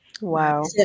Wow